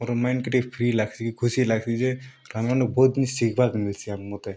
ମୋର୍ mind କେ ଟିକେ free ଲାଗ୍ସି ଖୁସି ଲାଗ୍ସି ଯେ କା'ଣା କା'ଣା ନ ବହୁତ୍ ମୁଇଁ ଶିଖ୍ବାକେ ମିଲ୍ସି ଆରୁ ମତେ